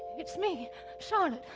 it's me charlotte.